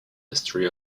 history